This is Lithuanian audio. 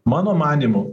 mano manymu